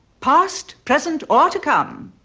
past, present, or to come,